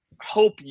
hope